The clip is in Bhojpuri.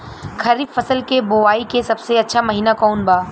खरीफ फसल के बोआई के सबसे अच्छा महिना कौन बा?